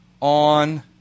on